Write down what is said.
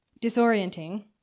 disorienting